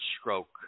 stroke